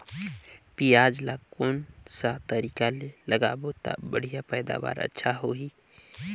पियाज ला कोन सा तरीका ले लगाबो ता बढ़िया पैदावार अच्छा होही?